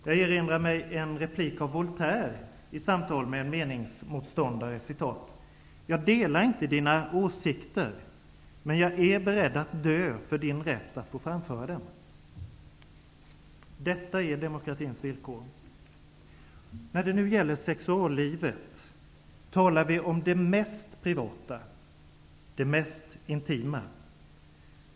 Jag erinrar mig en replik av Voltaire i samtal med en meningsmotståndare: ''Jag delar inte dina åsikter, men jag är beredd att dö för din rätt att få framföra dem''. Detta är demokratins villkor. När det nu gäller sexuallivet talar vi om det mest privata, det mest intima.